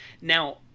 now